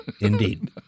indeed